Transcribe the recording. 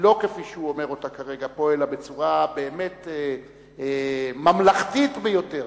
לא כפי שהוא אומר אותה כרגע פה אלא בצורה באמת ממלכתית ביותר.